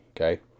Okay